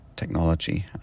Technology